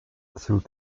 though